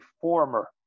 former